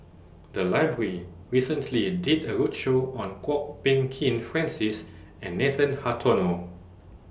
The Library recently did A roadshow on Kwok Peng Kin Francis and Nathan Hartono